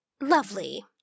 lovely